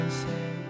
say